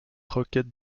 rockets